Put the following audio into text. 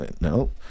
No